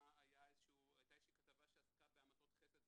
הייתה איזושהי כתבה שעסקה בהמתות חסד בשוויץ,